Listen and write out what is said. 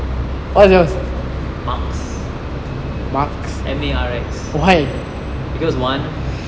marx M A R X because one